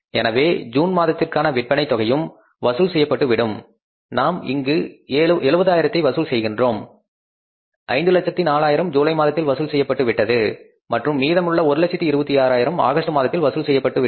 எனவே ஜூன் மாதத்திற்கான விற்பனை தொகையும் வசூல் செய்யப்பட்டு விடும் நாம் இங்கு 70000 ஐ வசூல் செய்கின்றோம் 504000 ஜூலை மாதத்தில் வசூல் செய்யப்பட்டு விட்டது மற்றும் மீதமுள்ள 126000 ஆகஸ்ட் மாதத்தில் வசூல் செய்யப்பட்டு விட்டது